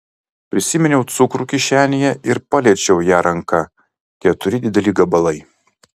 prisiminiau cukrų kišenėje ir paliečiau ją ranka keturi dideli gabalai